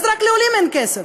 רק לעולים אין כסף.